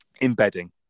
embedding